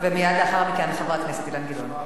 מייד לאחר מכן, חבר הכנסת אילן גילאון.